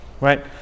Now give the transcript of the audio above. Right